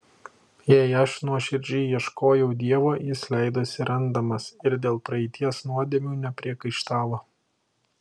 jei aš nuoširdžiai ieškojau dievo jis leidosi randamas ir dėl praeities nuodėmių nepriekaištavo